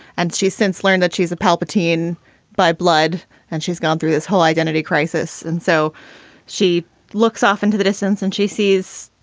and she's since learned that she's a palpatine by blood and she's gone through this whole identity crisis. and so she looks off into the distance and she sees